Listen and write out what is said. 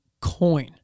coin